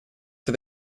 for